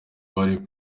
bari